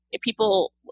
people